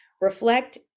reflect